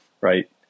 right